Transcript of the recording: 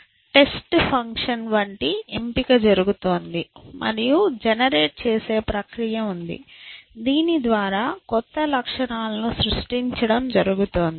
test function వంటి ఎంపిక జరుగుతోంది మరియు జెనెరేట్ చేసే ప్రక్రియ ఉంది దీని ద్వారా క్రొత్త లక్షణాలను సృష్టించడం జరుగుతోంది